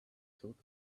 took